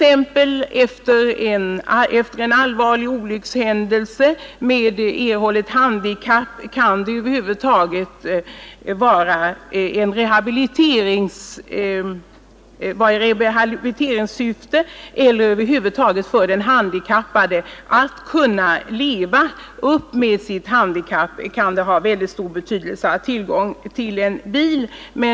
Efter en allvarlig olyckshändelse med erhållet handikapp kan det vara av stor betydelse för den drabbade när det gäller att leva med sitt handikapp att ha tillgång till en bil.